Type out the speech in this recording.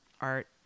art